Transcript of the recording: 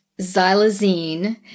xylazine